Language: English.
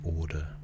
order